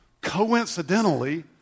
coincidentally